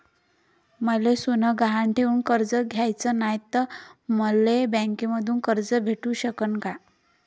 मले सोनं गहान ठेवून कर्ज घ्याचं नाय, त मले बँकेमधून कर्ज भेटू शकन का?